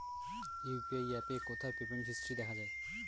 UPI অ্যাপে কোথায় payment history দেখা যায়?